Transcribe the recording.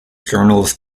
journals